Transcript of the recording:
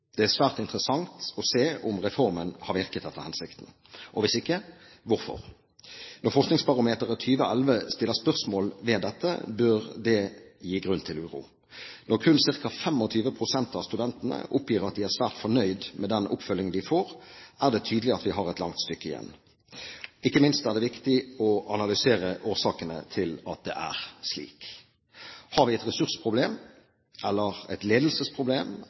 Det er svært interessant å se om reformen har virket etter hensikten – og hvis ikke, hvorfor? Når Forskningsbarometeret 2011 stiller spørsmål ved dette, bør det gi grunn til uro. Når kun ca. 25 pst. av studentene oppgir at de er svært fornøyd med den oppfølging de får, er det tydelig at vi har et langt stykke igjen. Ikke minst er det viktig å analysere årsakene til at det er slik. Har vi et ressursproblem? Har vi et ledelsesproblem?